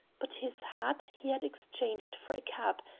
but his hat he had exchanged for a cap,